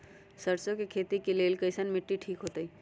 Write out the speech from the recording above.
सरसों के खेती के लेल कईसन मिट्टी ठीक हो ताई?